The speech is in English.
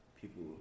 people